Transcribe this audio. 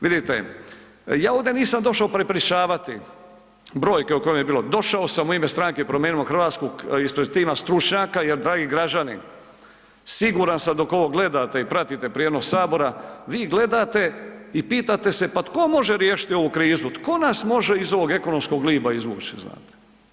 Vidite, ja ovdje nisam došo prepričavati brojke o kojima je bilo, došao sam u ime Stranke Promijenimo Hrvatsku ispred tima stručnjaka jer dragi građani, siguran sam dok ovo gledate i pratite prijenos sabora, vi gledate i pitate se, pa tko može riješiti ovu krizu, tko nas može iz ovog ekonomskog gliba izvući, znate?